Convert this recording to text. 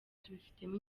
tubifitemo